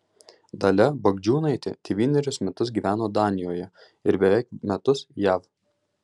dalia bagdžiūnaitė devynerius metus gyveno danijoje ir beveik metus jav